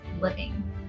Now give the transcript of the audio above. living